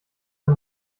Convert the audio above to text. der